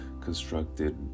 constructed